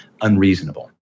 unreasonable